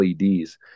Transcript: LEDs